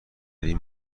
این